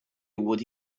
would